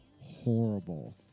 horrible